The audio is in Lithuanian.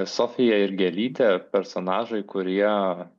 sofija ir gėlytė personažai kurie